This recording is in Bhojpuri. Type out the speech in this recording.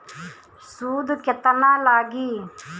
सूद केतना लागी?